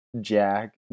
Jack